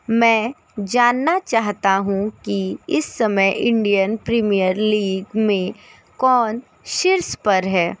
मैं जानना चाहता हूँ कि इस समय इंडियन प्रीमियर लीग में कौन शीर्ष पर है